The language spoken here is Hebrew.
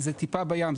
זה טיפה בים,